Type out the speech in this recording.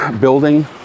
building